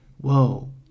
Whoa